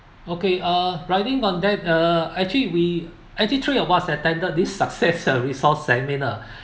okay uh riding on that uh actually we actually three of us attended this success uh resource seminar